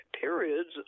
periods